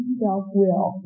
self-will